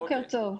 בוקר טוב.